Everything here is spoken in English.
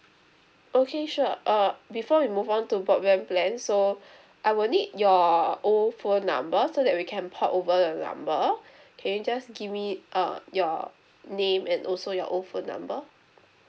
okay sure uh before we move on to broadband plan so I will need your old phone number so that we can pop over the number can just give me uh your name and also your old phone number